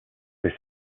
they